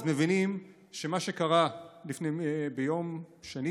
מבינים שמה שקרה ביום שני,